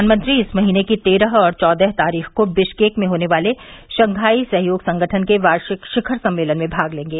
प्रधानमंत्री इस महीने की तेरह और चौदह तारीख को बिशकेक में होने वाले शंघाई सहयोग संगठन के वार्षिक शिखर सम्मेलन में भाग लेंगे